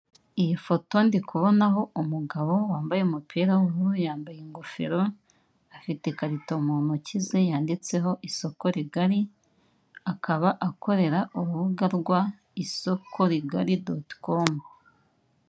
Iyi foto ndi kubona umugabo wambaye umupira w'ubururu yambaye ingofero, afite ikarito mu ntoki ze yanditseho isoko rigari, akaba akorera urubuga rwa soko rigari doti komo.